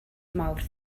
mawrth